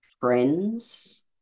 Friends